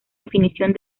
definición